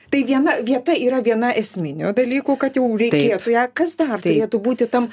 tai viena vieta yra viena esminių dalykų kad jau reikėtų ją kas dar turėtų būti tam